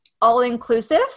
all-inclusive